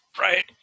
Right